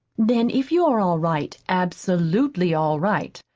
then if you're all right, absolutely all right,